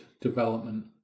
development